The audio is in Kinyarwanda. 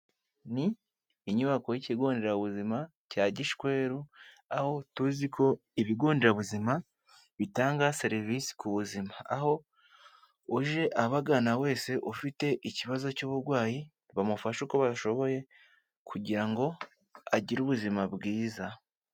Ni inyubako y'ikigonderabuzima cya Gishweru aho tuzi ko ibigonderabuzima bitanga serivisi ku buzima, aho uje abagana wese ufite ikibazo cy'uburwayi bamufasha uko bashoboye kugira ngo agire ubuzima bwiza.